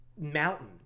mountain